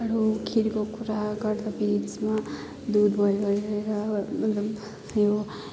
अरू खिरको कुरा गर्दाखेरि त्यसमा दुध बोइल गरेर यो